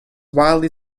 wildly